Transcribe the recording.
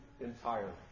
entirely